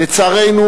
לצערנו,